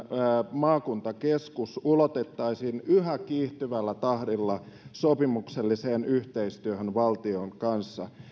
maakuntakeskus ulotettaisiin yhä kiihtyvällä tahdilla sopimukselliseen yhteistyöhön valtion kanssa